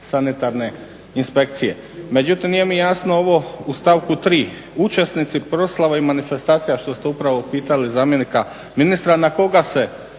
sanitarne inspekcije. Međutim nije mi jasno ovo u stavku 3. učesnici proslava i manifestacija što ste upravo pitali zamjenika ministra na koga se